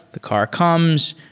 the car comes.